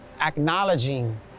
acknowledging